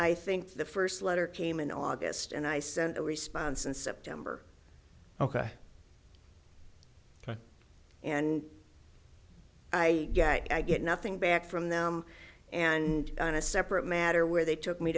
i think the first letter came in august and i sent a response in september ok and i get i get nothing back from them and on a separate matter where they took me